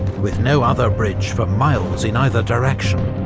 with no other bridge for miles in either direction,